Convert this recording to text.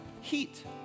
heat